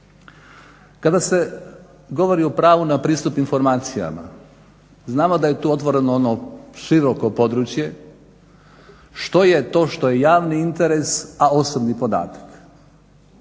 Kada se govori o pravu na pristup informacijama znamo da je tu otvoreno ono široko područje što je to što je javni interes, a osobni podatak.